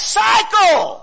cycle